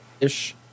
ish